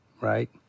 right